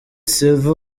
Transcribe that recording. silva